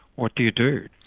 what do you do?